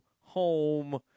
home